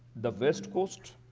the west coast,